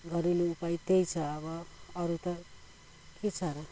घरेलु उपाय त्यही छ अब अरू त के छ र